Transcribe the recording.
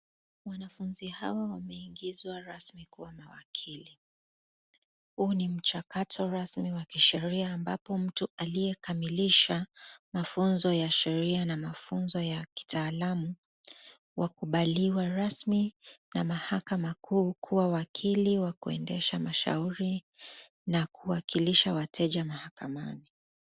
Wanafunzi hawa wameingizwa rasmi kuwa mawakili. Huu ni mchakato rasmi wa kisheria ambapo mtu aliyekamilisha mafunzo ya sheria na mafunzo ya kitaalamu wakubaliwa rasmi na mahakama kuu, kuwa wakili wa kuendesha mashauri na kuwakilisha wateja mahakamani.